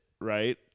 Right